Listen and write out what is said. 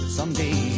Someday